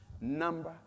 number